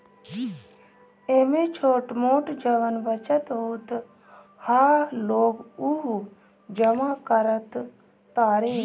एमे छोट मोट जवन बचत होत ह लोग उ जमा करत तारे